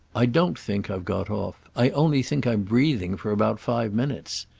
i don't think i've got off. i only think i'm breathing for about five minutes.